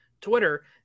Twitter